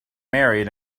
married